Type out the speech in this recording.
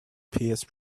paste